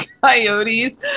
coyotes